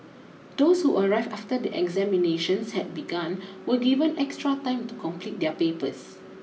those who arrived after the examinations had begun were given extra time to complete their papers